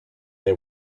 they